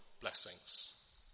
blessings